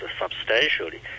substantially